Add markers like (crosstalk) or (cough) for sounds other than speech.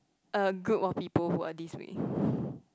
a group of people who are this way (breath)